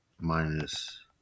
minus